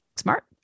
smart